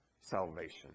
salvation